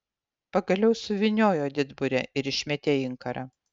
pagaliau suvyniojo didburę ir išmetė inkarą